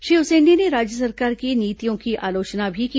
श्री उसेंडी ने राज्य सरकार की नीतियों की आलोचना भी की